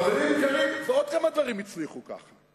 חברים יקרים, ועוד כמה דברים הצליחו כך.